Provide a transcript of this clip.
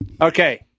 Okay